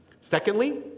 secondly